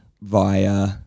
via